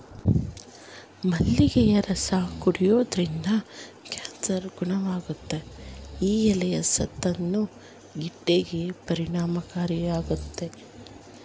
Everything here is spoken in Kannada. ಮಲ್ಲಿಗೆಯ ರಸ ಕುಡಿಯೋದ್ರಿಂದ ಕ್ಯಾನ್ಸರ್ ಗುಣವಾಗುತ್ತೆ ಈ ಎಲೆ ಸ್ತನ ಗೆಡ್ಡೆಗೆ ಪರಿಣಾಮಕಾರಿಯಾಗಯ್ತೆ